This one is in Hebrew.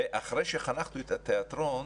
אחרי שחנכתי את התיאטרון,